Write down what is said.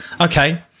Okay